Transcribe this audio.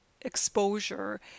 exposure